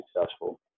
successful